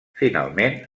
finalment